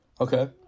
Okay